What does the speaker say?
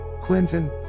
Clinton